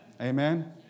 Amen